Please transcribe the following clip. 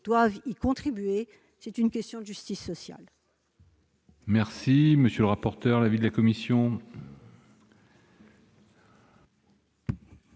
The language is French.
doivent y contribuer ; c'est une question de justice sociale.